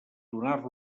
donar